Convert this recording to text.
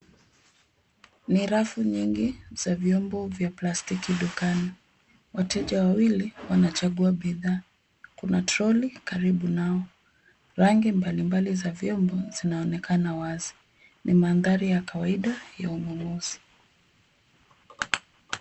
Ni rafu nyingiz za vyombo za plastiki dukani. Wateja wawili wanachagua bidhaa. Kuna troli karibu nao, rangi mbalimbali za vyombo zinaonekana wazi. Ni mandhari ya kawaida ya ununuzi.